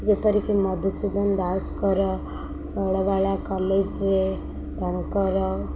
ଯେପରିକି ମଧୁସୂଦନ ଦାସ୍ଙ୍କର ଶୈଳବାଳା କଲେଜ୍ରେ ତାଙ୍କର